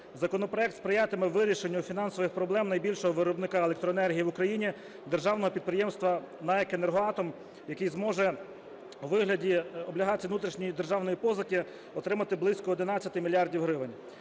Законопроект сприятиме вирішенню фінансових проблем найбільшого виробника електроенергії в Україні - державного підприємства НАЕК "Енергоатом", який зможе у вигляді облігацій внутрішньої державної позики отримати близько 11 мільярдів